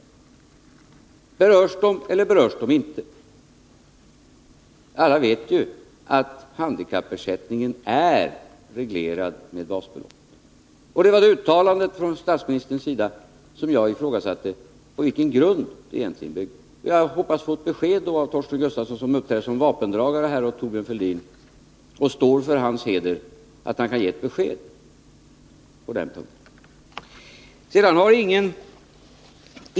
Berörs de, eller berörs de inte? Alla vet ju att handikappersättningen är reglerad med basbelopp. Och det jag frågade var på vilken grund uttalandet från statsministern byggde. Jag hoppas att jag nu kan få ett besked från Torsten Gustafsson, som här uppträder som vapendragare åt Thorbjörn Fälldin och går i god för hans heder, att han på denna punkt kan ge ett besked.